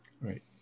right